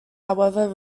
however